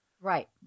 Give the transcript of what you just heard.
Right